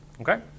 Okay